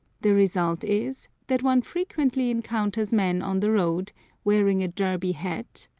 the result is that one frequently encounters men on the road wearing a derby hat,